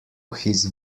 his